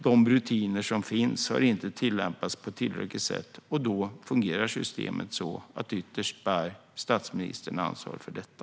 De rutiner som finns har inte tillämpats på riktigt sätt, och då fungerar systemet så att statsministern ytterst bär ansvar för detta.